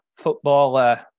footballer